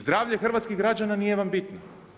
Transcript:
Zdravlje hrvatskih građana nije vam bitno.